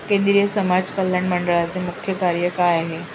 केंद्रिय समाज कल्याण मंडळाचे मुख्य कार्य काय आहे?